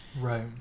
Right